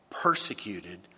persecuted